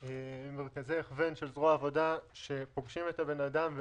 ממרכזי הכוון של זרוע העבודה שפוגשים את האדם,